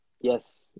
yes